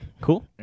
cool